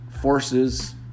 forces